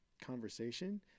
conversation